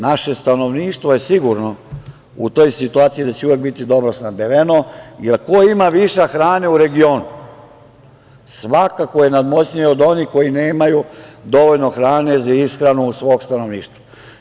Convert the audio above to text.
Naše stanovništvo je sigurno u toj situaciji da će uvek biti dobro snabdeveno, jer ko ima višak hrane u regionu, svakako je nadmoćniji od onih koji nemaju dovoljno hrane za ishranu svog stanovništva.